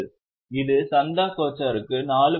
இது சாந்தா கோச்சருக்கு 4